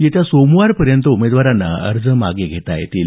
येत्या सोमवारपर्यंत उमेदवारांना अर्ज मागे घेता येईल